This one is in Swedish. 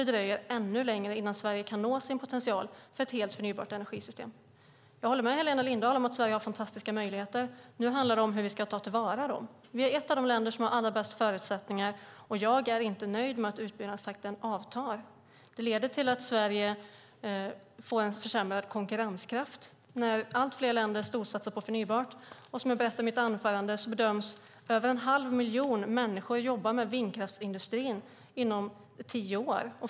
Det dröjer länge innan Sverige kan nå sin potential för ett helt förnybart energisystem. Jag håller med Helena Lindahl om att Sverige har fantastiska möjligheter. Nu handlar det om hur vi ska tillvarata dem. Vi är ett av de länder som har allra bäst förutsättningar. Jag är inte nöjd med att utbyggnadstakten avtar. Det leder till att Sverige får en försämrad konkurrenskraft när allt fler länder storsatsar på förnybart. Som jag sade i mitt anförande bedöms över en halv miljon människor jobba med vindkraftsindustrin inom tio år.